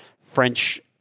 French